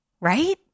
Right